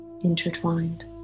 intertwined